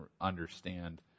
understand